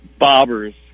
bobbers